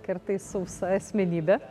kartais sausa asmenybė